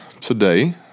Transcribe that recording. today